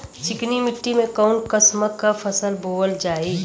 चिकनी मिट्टी में कऊन कसमक फसल बोवल जाई?